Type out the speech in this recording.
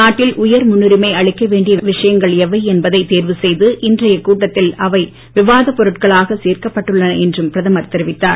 நாட்டில் உயர் முன்னுரிமை அளிக்க வேண்டிய விஷயங்கள் எவை என்பதை தேர்வு செய்து இன்றைய கூட்டத்தில் அவை விவாதப் பொருட்களாக சேர்க்கப்பட்டுள்ளன என்றும் பிரதமர் தெரிவித்தார்